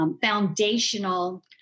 foundational